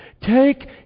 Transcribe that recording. take